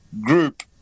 group